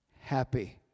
happy